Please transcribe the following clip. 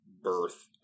birth